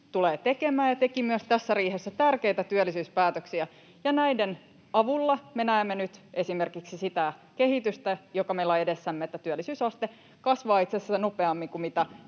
tulee tekemään ja teki myös tässä riihessä tärkeitä työllisyyspäätöksiä, ja näiden avulla me näemme nyt esimerkiksi sitä kehitystä, joka meillä on edessämme, että työllisyysaste kasvaa itse asiassa nopeammin kuin